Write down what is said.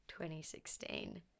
2016